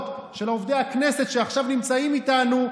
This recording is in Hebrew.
של עובדי הכנסת שעכשיו נמצאים איתנו 16,